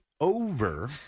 over